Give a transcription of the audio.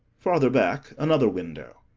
farther back, another window.